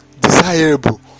desirable